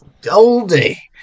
Goldie